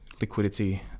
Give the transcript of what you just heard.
liquidity